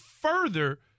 further